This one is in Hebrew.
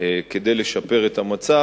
כדי לשפר את המצב,